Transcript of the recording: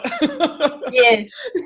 Yes